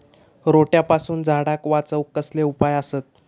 रोट्यापासून झाडाक वाचौक कसले उपाय आसत?